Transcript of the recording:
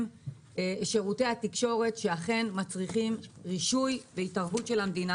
שירותי התקשורת שאכן מצריכים רישוי והתערבות של המדינה,